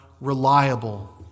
reliable